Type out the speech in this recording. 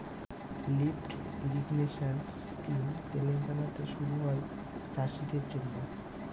lift irrigation scheme তেলেঙ্গানাতে শুরু করা হয় চাষীদের জন্য